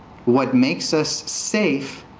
what makes us safe,